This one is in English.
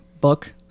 book